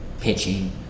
pitching